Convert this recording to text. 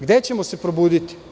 Gde ćemo se probuditi?